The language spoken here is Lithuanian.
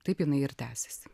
taip jinai ir tęsisiasi